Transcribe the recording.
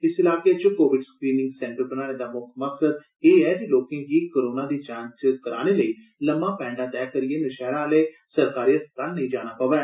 इस इलाके च कोविड स्क्रीनिंग सैन्टर बनाने दा मुकख मकसद एह ऐ जे लोकें गी कोरोना दी जांच कराने लेई लम्मा पैंडा तैय करियै नशैहरा आले सरकारी अस्पताल नेई जाना पवै